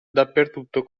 dappertutto